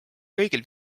kõigil